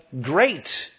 Great